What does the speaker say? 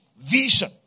vision